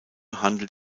handelt